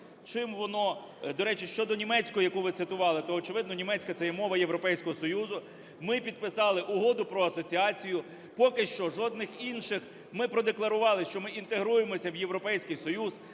Чим воно… До речі, щодо німецької, яку ви цитували, то очевидно, німецька – це є мова Європейського Союзу. Ми підписали Угоду про асоціацію, поки що жодних інших… Мипродекларували, що ми інтегруємося в Європейський Союз,